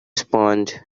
sponge